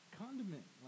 condiment